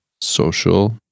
social